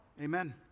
Amen